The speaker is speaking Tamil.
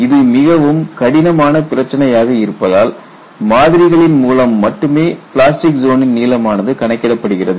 இது மிகவும் கடினமான பிரச்சனையாக இருப்பதால் மாதிரிகளின் மூலம் மட்டுமே பிளாஸ்டிக் ஜோனின் நீளமானது கணக்கிடப்படுகிறது